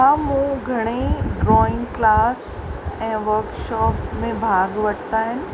हा मूं घणेई ड्रॉइंग क्लास ऐं वर्कशॉप में भाॻु वरिता आहिनि